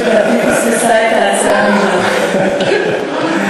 לדעתי קארין פספסה את ההצעה, אילן.